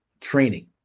training